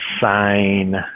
sign